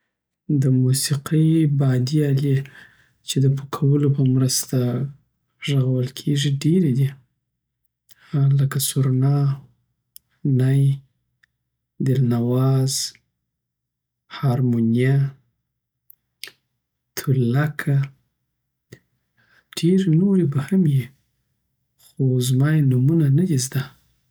دموسقی بادی آلی چی د پو کولو په مرسته ږغول کیږی ډیری دی لکه سورنا نی دلنواز هارمونیه تولکه ډیری نوری به هم یی خو زما یی نومونه ندی زده